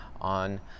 On